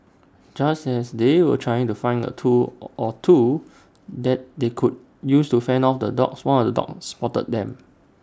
just as they were trying to find A tool or two that they could use to fend off the dogs one of the dogs spotted them